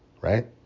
Right